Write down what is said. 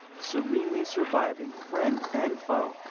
serenely surviving friend and foe.